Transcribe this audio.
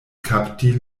kapti